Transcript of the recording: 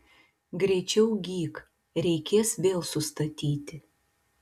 greičiau gyk reikės vėl sustatyti